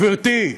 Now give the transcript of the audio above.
גברתי,